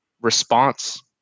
response